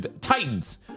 Titans